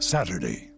Saturday